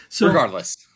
Regardless